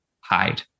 hide